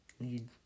need